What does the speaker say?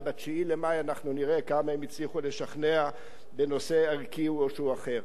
וב-9 במאי אנחנו נראה כמה הם הצליחו לשכנע בנושא ערכי אחר.